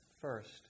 first